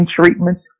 treatments